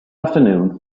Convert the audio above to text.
afternoon